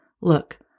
Look